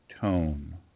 tone